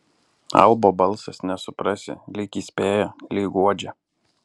albo balsas nesuprasi lyg įspėja lyg guodžia